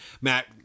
Matt